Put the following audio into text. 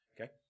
Okay